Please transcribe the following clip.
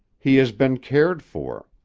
he has been cared for.